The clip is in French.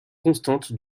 constante